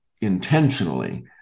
intentionally